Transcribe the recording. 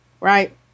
right